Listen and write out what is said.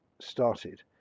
started